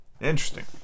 interesting